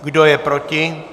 Kdo je proti?